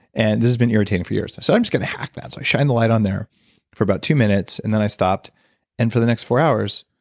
and this has been irritating for years. so i'm just going to hack that so i shine the light on there for about two minutes and then i stopped and for the next four hours,